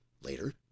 Later